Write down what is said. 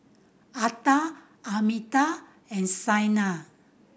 Atal Amitabh and Saina